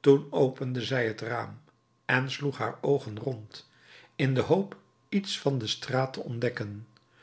toen opende zij het raam en sloeg haar oogen rond in de hoop iets van de straat te ontdekken